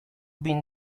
been